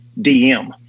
DM